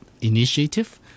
initiative